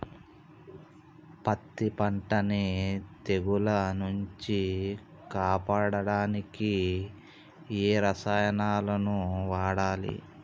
పత్తి పంటని తెగుల నుంచి కాపాడడానికి ఏ రసాయనాలను వాడాలి?